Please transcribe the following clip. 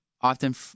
often